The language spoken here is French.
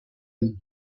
nuit